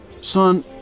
Son